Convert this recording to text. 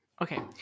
Okay